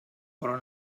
però